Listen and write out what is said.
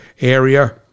area